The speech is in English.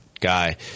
guy